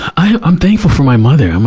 i'm i'm thankful for my mother. i'm